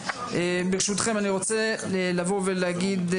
ברשותכם אני רוצה לבוא ולהגיד,